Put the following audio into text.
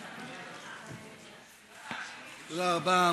תודה רבה.